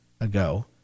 ago